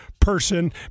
person